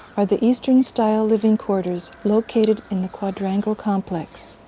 are the eastern style living quarters located in the quadrangle complex.